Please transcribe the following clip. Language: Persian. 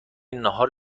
ناهار